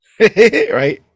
right